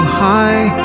high